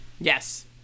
yes